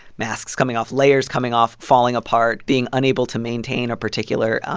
masks coming off, layers coming off, falling apart, being unable to maintain a particular